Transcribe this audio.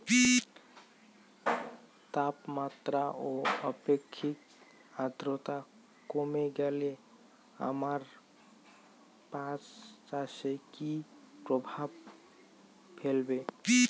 তাপমাত্রা ও আপেক্ষিক আদ্রর্তা কমে গেলে আমার পাট চাষে কী প্রভাব ফেলবে?